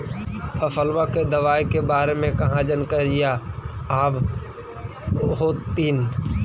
फसलबा के दबायें के बारे मे कहा जानकारीया आब होतीन?